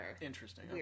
Interesting